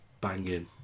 banging